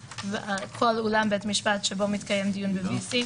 וכל אולם בית משפט שבו מתקיים דיון ב-VC,